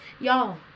Y'all